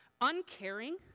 uncaring